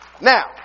Now